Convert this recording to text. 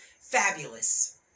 fabulous